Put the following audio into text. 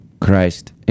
Christ